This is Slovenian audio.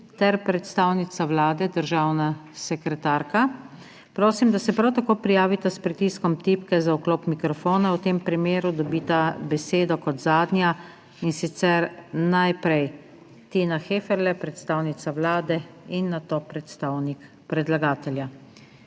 ter predstavnica Vlade, državna sekretarka, prosim, da se prav tako prijavita s pritiskom tipke za vklop mikrofona, v tem primeru dobita besedo kot zadnja, in sicer najprej Tina Heferle, predstavnica Vlade in nato predstavnik predlagatelja.